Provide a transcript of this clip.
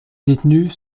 détenus